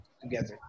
together